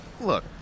Look